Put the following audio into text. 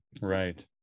right